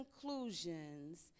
conclusions